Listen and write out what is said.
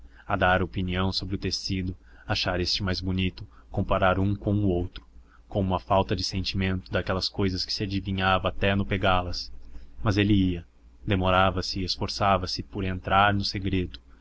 a dar opinião sobre o tecido achar este mais bonito comparar um com outro com uma falta de sentimento daquelas cousas que se adivinhava até no pagá las mas ele ia demorava-se e esforçava-se por entrar no segredo